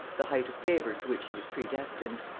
the height of favor to which he was predestined.